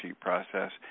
process